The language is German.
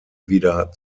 wieder